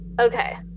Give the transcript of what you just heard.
Okay